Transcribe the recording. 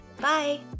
Bye